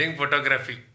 photography